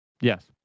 Yes